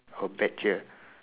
oh bet here